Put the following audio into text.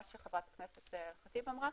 מה שחברת הכנסת ח'טיב אמרה.